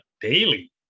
daily